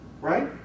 Right